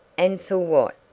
and for what?